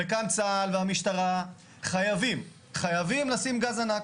וכאן צה"ל והמשטרה חייבים, חייבים לשים גז ענק.